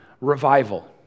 revival